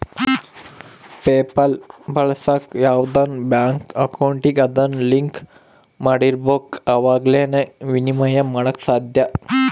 PayPal ಬಳಸಾಕ ಯಾವ್ದನ bank ಅಕೌಂಟಿಗೆ ಅದುನ್ನ ಲಿಂಕ್ ಮಾಡಿರ್ಬಕು ಅವಾಗೆ ಃನ ವಿನಿಮಯ ಮಾಡಾಕ ಸಾದ್ಯ